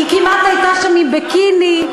היא כמעט הייתה שם עם ביקיני.